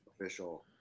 Official